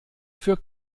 für